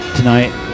Tonight